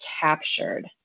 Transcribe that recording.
captured